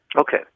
Okay